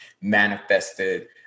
manifested